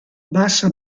bassa